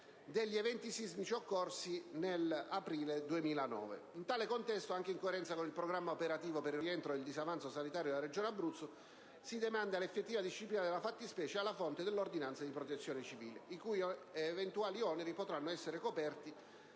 degli eventi sismici occorsi nel mese di aprile 2009. In tale contesto, anche in coerenza con il programma operativo per il rientro del disavanzo sanitario della Regione Abruzzo, si demanda l'effettiva disciplina della fattispecie alla fonte dell'ordinanza di protezione civile, i cui eventuali oneri potranno essere coperti